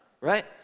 right